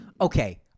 okay